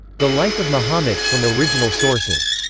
the life of mahomet from original sources.